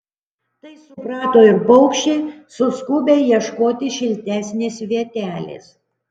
tai suprato ir paukščiai suskubę ieškoti šiltesnės vietelės